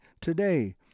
today